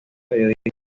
periodista